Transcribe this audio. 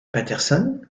patterson